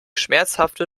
schmerzhafte